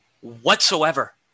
whatsoever